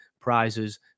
prizes